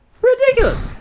Ridiculous